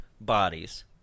bodies